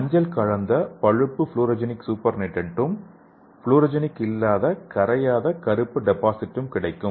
மஞ்சள் கலந்த பழுப்பு ப்ளூரோஜெனிக் சூப்பர்னெட்டன்டும் ப்ளூரோஜெனிக் இல்லாத கரையாத கருப்பு டெபாசிட்டும் கிடைக்கும்